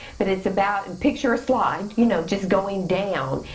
but it's about and picture a slide, you know just going down.